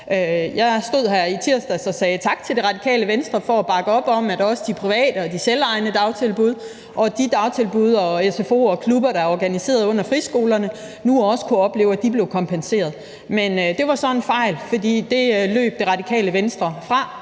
Jeg stod her i tirsdags og sagde tak til Radikale Venstre for at bakke op om, at også de private og de selvejende dagtilbud og de dagtilbud, sfo'er og klubber, der er organiseret under friskolerne, kunne opleve, at de blev kompenseret. Men det var så en fejl, for det løb Radikale Venstre fra,